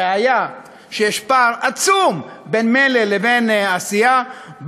ראיה שיש פער עצום בין מלל לבין עשייה,